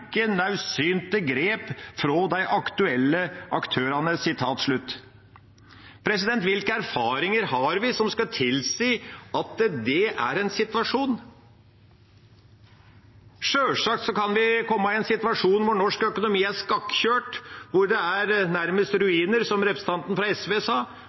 Hvilke erfaringer har vi som skal tilsi at det er en situasjon? Sjølsagt kan vi komme i en situasjon hvor norsk økonomi er skakkjørt, hvor den er nærmest i ruiner, som representanten fra SV sa.